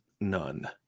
None